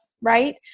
right